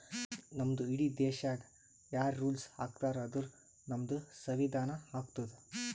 ನಮ್ದು ಇಡೀ ದೇಶಾಗ್ ಯಾರ್ ರುಲ್ಸ್ ಹಾಕತಾರ್ ಅಂದುರ್ ನಮ್ದು ಸಂವಿಧಾನ ಹಾಕ್ತುದ್